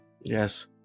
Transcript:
Yes